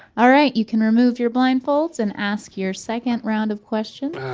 all right you can remove your blindfolds and ask your second round of questions.